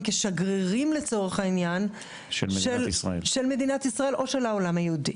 כשגרירים לצורך העניין של מדינת ישראל או של העולם היהודי.